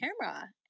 camera